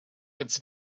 it’s